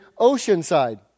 Oceanside